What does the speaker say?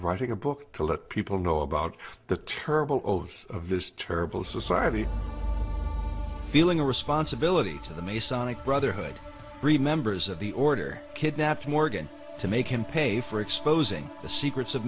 writing a book to let people know about the terrible oaths of this terrible society feeling a responsibility to the masonic brotherhood three members of the order kidnapped morgan to make him pay for exposing the secrets of